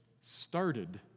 started